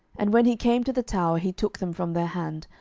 and when he came to the tower, he took them from their hand,